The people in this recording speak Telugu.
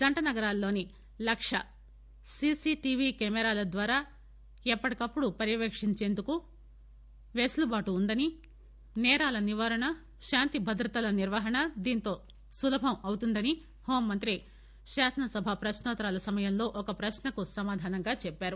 జంటనగరాలలోని లక్ష సిసిటివి కెమెరాల ద్వారా అప్పటికప్పుడు పర్యవేక్షించేందుకు వెసలుబాటు ఉందని నేరాల నివారణ శాంతిభద్రతల నిర్వహణ దీనితో సులభం అవుతుందని హోంమంత్రి శాసనసభ ప్రశ్నో త్తరాల సమయంలో ఒక ప్రశ్న కు సమాధానంగా చెప్పారు